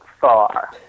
far